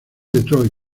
detroit